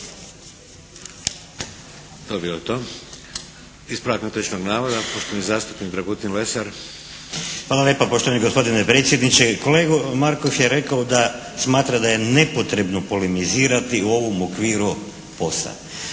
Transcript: To bi bilo to. Ispravak netočnog navoda, poštovani zastupnik Dragutin Lesar. **Lesar, Dragutin (HNS)** Hvala lijepa poštovani gospodine predsjedniče. Kolega Markov je rekao da smatra da je nepotrebno polemizirati u ovom okviru POS-a.